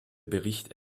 bericht